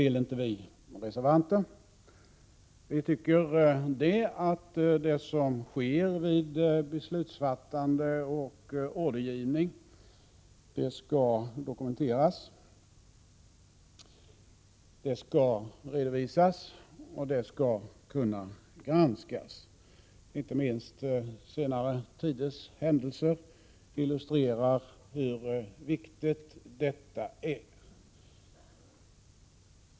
Vi reservanter anser att det som sker vid beslutsfattande och ordergivning skall dokumenteras, redovisas och kunna granskas. Inte minst senare tiders händelser illustrerar hur viktigt detta är.